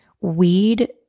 Weed